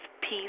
peace